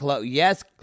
Yes